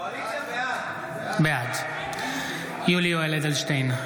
בעד יולי יואל אדלשטיין,